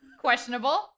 Questionable